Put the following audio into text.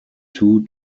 two